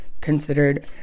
considered